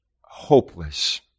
hopeless